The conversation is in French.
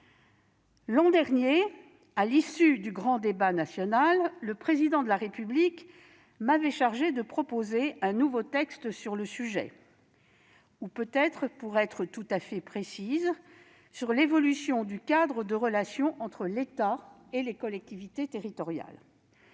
L'an dernier, à l'issue du grand débat national, le Président de la République m'avait chargée de proposer un nouveau texte sur le sujet, ou, pour être tout à fait précise, sur l'évolution du cadre de relations entre l'État et les collectivités territoriales.